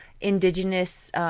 Indigenous